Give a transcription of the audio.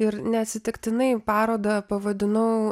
ir neatsitiktinai parodą pavadinau